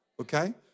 Okay